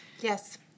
yes